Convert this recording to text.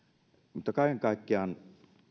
mutta kaiken kaikkiaan